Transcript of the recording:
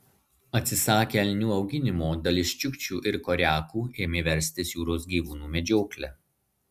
atsisakę elnių auginimo dalis čiukčių ir koriakų ėmė verstis jūros gyvūnų medžiokle